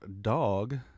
Dog